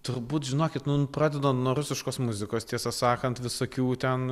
turbūt žinokit nu pradedant nuo rusiškos muzikos tiesą sakant visokių ten